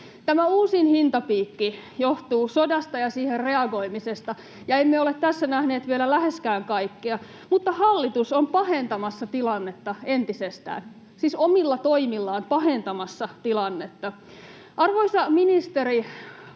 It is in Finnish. Tämä uusin hintapiikki johtuu sodasta ja siihen reagoimisesta, ja emme ole tässä nähneet vielä läheskään kaikkea, mutta hallitus on pahentamassa tilannetta entisestään — siis omilla toimillaan pahentamassa tilannetta. Arvoisa ministeri,